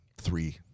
three